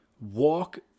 walk